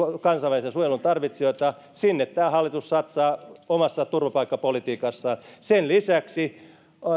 kansainvälisen suojelun tarvitsijoita sinne tämä hallitus satsaa omassa turvapaikkapolitiikassaan sen lisäksi